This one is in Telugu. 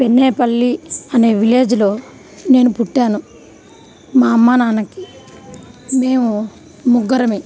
పెన్నేపల్లి అనే విలేజ్లో నేను పుట్టాను మా అమ్మ నాన్నకి మేము ముగ్గురమే